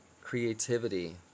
creativity